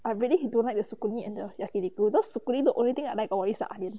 I really don't like the saucony and the yakiniku cause saucony the only thing I like about this is onion